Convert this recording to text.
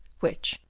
which,